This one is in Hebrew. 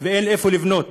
ואין איפה לבנות.